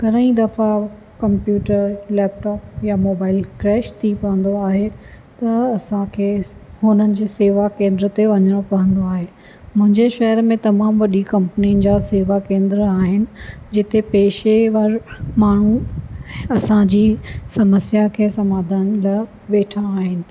घणई दफ़ा computer laptop या मोबाइल क्रेश थी पवंदो आहे त असां खे इस हुननि जे सेवा केंद्र ते वञिणो पवंदो आहे मुंहिंजे शहर में तमामु वॾी कंपनियुनि जा सेवा केंद्र आहिनि जिते पेशेवर माण्हू असां जी समस्या खे समाधान लाइ वेठा आहिनि